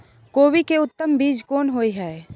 कोबी के उत्तम बीज कोन होय है?